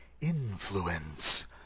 influence